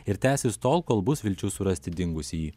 ir tęsis tol kol bus vilčių surasti dingusįjį